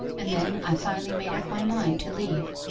and then i finally made up my mind to leave.